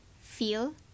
feel